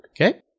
okay